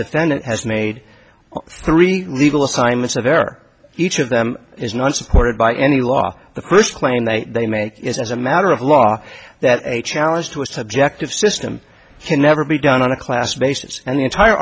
defendant has made three legal assignments of error each of them is not supported by any law the first claim that they made is as a matter of law that a challenge to a subjective system can never be done on a class basis and the entire